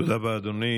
תודה רבה, אדוני.